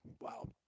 Wow